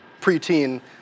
preteen